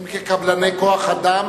הם כקבלני כוח-אדם.